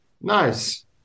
Nice